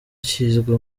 kizwi